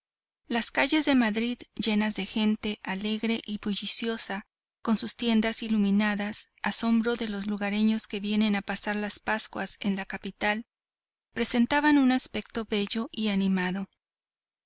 las calles de madrid llenas de gente alegre y bulliciosa con sus tiendas iluminadas asombro de los lugareños que vienen a pasar las pascuas en la capital presentaban un aspecto bello y animado